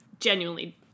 Genuinely